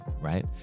right